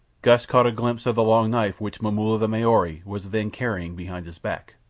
gust caught a glimpse of the long knife which momulla the maori was then carrying behind his back.